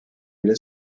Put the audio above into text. bile